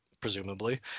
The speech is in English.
presumably